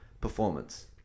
performance